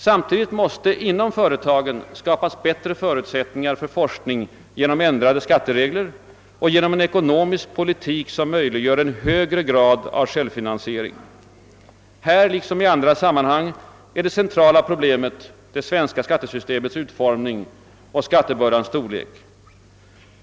Samtidigt måste inom företagen skapas bättre förutsättningar för forskning genom ändrade skatteregler och genom en ekonomisk politik som möjliggör en högre grad av självfinansiering. Här liksom i andra sammanhang är det centrala problemet det svenska skattesystemets utformning och skattebördans storlek.